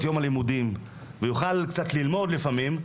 יום הלימודים ויוכל קצת ללמוד לפעמים,